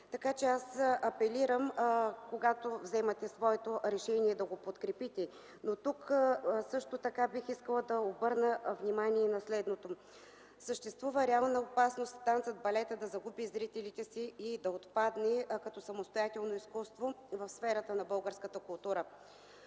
подкрепа. Аз апелирам, когато вземате своето решение, да го подкрепите. Бих искала да обърна внимание на следното. Съществува реална опасност танцът и балетът да загубят зрителите си и да отпаднат като самостоятелно изкуство в сферата на българската култура.